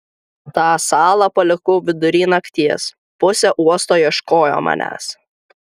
tą salą palikau vidury nakties pusė uosto ieškojo manęs